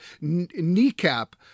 kneecap